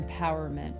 empowerment